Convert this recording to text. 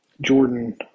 Jordan